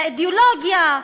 לאידיאולוגיה,